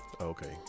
Okay